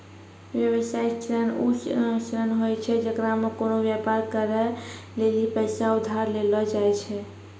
व्यवसायिक ऋण उ ऋण होय छै जेकरा मे कोनो व्यापार करै लेली पैसा उधार लेलो जाय छै